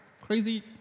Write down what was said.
crazy